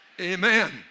Amen